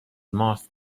ماست